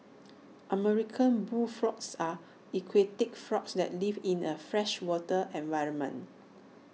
American bullfrogs are aquatic frogs that live in A freshwater environment